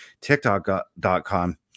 tiktok.com